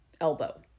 elbow